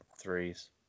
threes